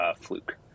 fluke